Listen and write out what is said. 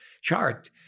chart